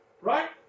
Right